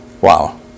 Wow